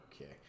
Okay